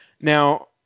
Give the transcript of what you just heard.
Now